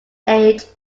age